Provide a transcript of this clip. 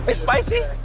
ah spicy.